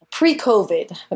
Pre-COVID